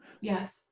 Yes